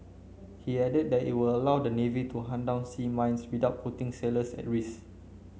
he added that it will allow the navy to hunt down sea mines without putting sailors at risk